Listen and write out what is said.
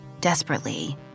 Desperately